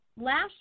last